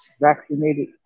vaccinated